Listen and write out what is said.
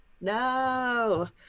no